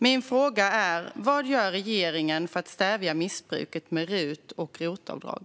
Min fråga är: Vad gör regeringen för att stävja missbruket av RUT och ROT-avdrag?